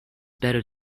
better